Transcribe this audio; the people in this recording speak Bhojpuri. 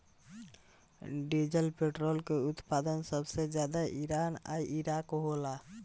डीजल पेट्रोल के उत्पादन सबसे ज्यादा ईरान आ इराक होला